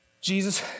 Jesus